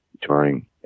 touring